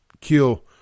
kill